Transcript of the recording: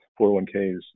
401ks